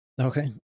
Okay